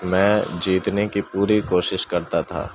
میں جیتنے کی پوری کوشش کرتا تھا